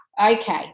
okay